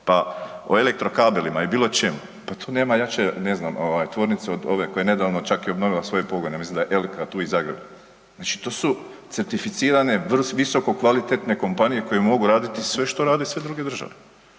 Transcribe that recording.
Pa u elektro kabelima i biločemu, pa tu nema jače ne znam tvornice od ove koja je nedavno čak i obnovila svoje pogone, ja mislim da je Elka, tu iz Zagreba. Znači to su certificirane, visoko kvalitetne kompanije koje mogu raditi sve što rade i sve druge države